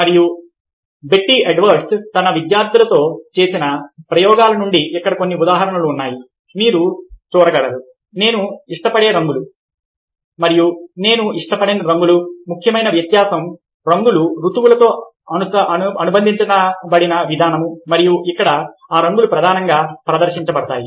మరియు Betty Edwards తన విద్యార్థులతో చేసిన ప్రయోగాల నుండి ఇక్కడ కొన్ని ఉదాహరణలు ఉన్నాయి ఇక్కడ మీరు చూడగలరు నేను ఇష్టపడే రంగులు మరియు నేను ఇష్టపడని రంగులు ముఖ్యమైన వ్యత్యాసం రంగులు ఋతువులతో అనుబంధించబడిన విధానం మరియు ఇక్కడ ఆ రంగులు ప్రధానంగా ప్రదర్శించబడతాయి